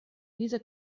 diese